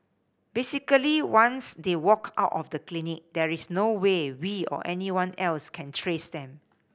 basically once they walk out of the clinic there is no way we or anyone else can trace them